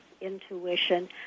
intuition